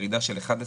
הייתה ירידה של 11%